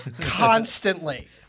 constantly